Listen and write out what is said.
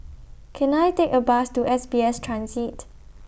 Can I Take A Bus to S B S Transit